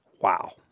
Wow